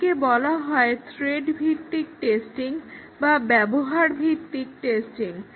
একে বলা হয় থ্রেড ভিত্তিক টেস্টিং বা ব্যবহার ভিত্তিক টেস্টিং